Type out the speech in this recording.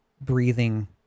breathing